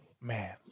man